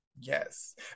Yes